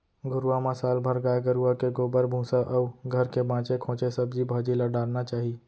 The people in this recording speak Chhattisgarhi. घुरूवा म साल भर गाय गरूवा के गोबर, भूसा अउ घर के बांचे खोंचे सब्जी भाजी ल डारना चाही